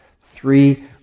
Three